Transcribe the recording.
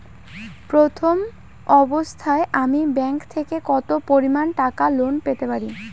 প্রথম অবস্থায় আমি ব্যাংক থেকে কত পরিমান টাকা লোন পেতে পারি?